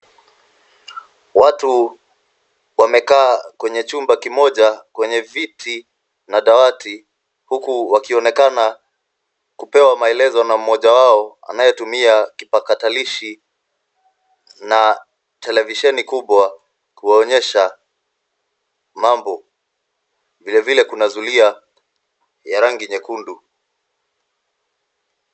Watu wamekaa kwenye chumba kimoja kwenye viti na dawati huku wakionekana kupewa maelezo na mmoja wao anayetumia kipakatalishi na televisheni kubwa kuwaonyesha mambo. Vilevile kuna zulia ya rangi nyekundu.